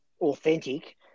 authentic